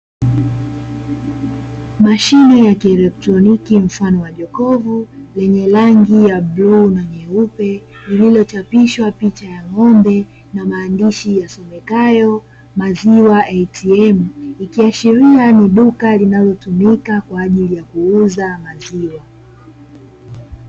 Mashine ya kielektroniki mfano wa jokofu, lenye rangi ya bluu na nyeupe. Lililochapishwa picha ya ng'ombe na maandishi yasomekayo maziwa ATM, ikiashiria ni duka linalotumika kwa ajili ya kuuza maziwa.